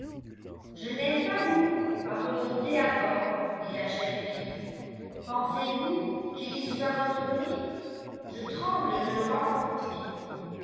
je n'aime pas beaucoup à remonter à bord dit la jeune fille pensez-vous qu'il y soit retourné je tremble de le rencontrer